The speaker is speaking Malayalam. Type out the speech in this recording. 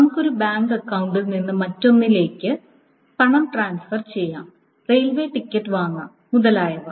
നമുക്ക് ഒരു ബാങ്ക് അക്കൌണ്ടിൽ നിന്ന് മറ്റൊന്നിലേക്ക് പണം ട്രാൻസ്ഫർ ചെയ്യാം റെയിൽ ടിക്കറ്റ് വാങ്ങാം മുതലായവ